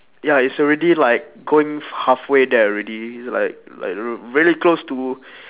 ya it's already like going halfway there already like like r~ really close to